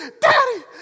Daddy